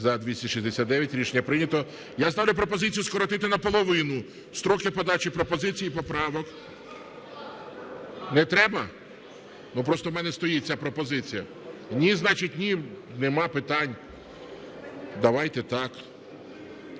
За-269 Рішення прийнято. Я ставлю пропозицію скоротити наполовину строки подачі пропозицій і поправок. Не треба? Просто в мене стоїть ця пропозиція. Ні - значить ні. Нема питань, давайте так.